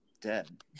dead